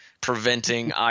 preventing